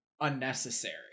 unnecessary